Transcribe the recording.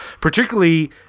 particularly